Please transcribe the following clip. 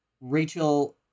Rachel